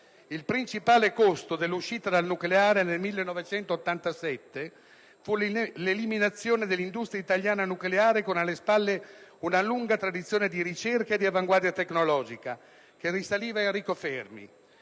Il principale costo dell'uscita dal nucleare nel 1987 fu l'eliminazione dell'industria italiana nucleare, con alle spalle una lunga tradizione di ricerca e di avanguardia tecnologiche, che risaliva a Enrico Fermi.